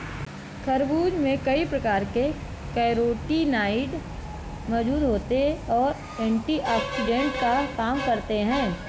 खरबूज में कई प्रकार के कैरोटीनॉयड मौजूद होते और एंटीऑक्सिडेंट का काम करते हैं